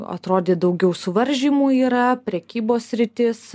atrodė daugiau suvaržymų yra prekybos sritis